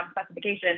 specification